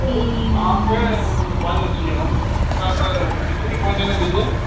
अहाँ केँ बाजैत छियै हमरा तऽ मिस्त्रीके बजेने रहियै